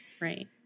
Right